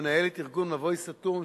מנהלת ארגון "מבוי סתום",